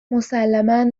مسلما